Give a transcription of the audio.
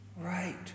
Right